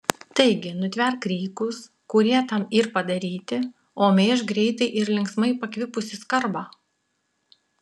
taigi nutverk rykus kurie tam yr padaryti o mėžk greitai ir linksmai pakvipusį skarbą